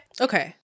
Okay